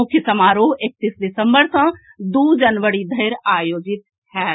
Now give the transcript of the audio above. मुख्य समारोह एकतीस दिसम्बर सँ दू जनवरी धरि आयोजित होयत